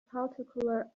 particular